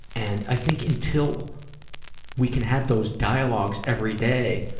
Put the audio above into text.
and i think until we can have those dialogues every day,